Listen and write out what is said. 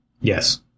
Yes